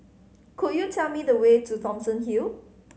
could you tell me the way to Thomson Hill